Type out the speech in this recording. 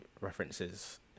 references